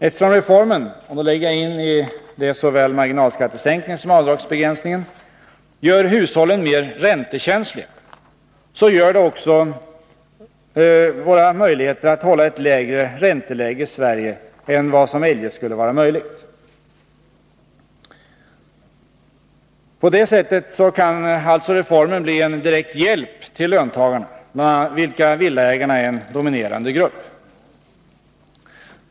Eftersom reformen — och då lägger jag in i det såväl marginalskattesänkningen som avdragsbegränsningen — gör hushållen mer räntekänsliga, så bör det också vara möjligt att hålla ett lägre ränteläge i Sverige än vad som eljest skulle vara möjligt. På det sättet kan alltså reformen bli en direkt hjälp till låntagarna, bland vilka villaägarna är en dominerande grupp.